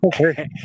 Okay